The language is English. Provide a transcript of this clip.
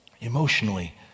emotionally